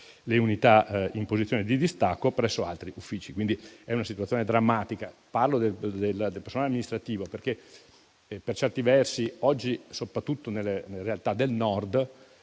le unità in posizione di distacco presso altri uffici. La situazione è quindi drammatica. Parlo del personale amministrativo, che oggi, per certi versi, soprattutto nelle realtà del Nord